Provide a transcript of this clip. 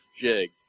jig